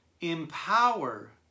empower